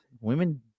women